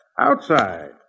Outside